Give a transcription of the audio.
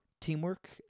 teamwork